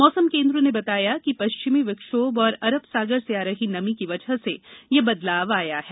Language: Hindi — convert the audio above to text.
मौसम केंद्र ने बताया कि पश्चिमि विक्षोम और अरब सागर से आ रही नमी की वजह से ये बदलाव आया है